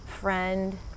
friend